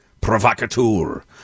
Provocateur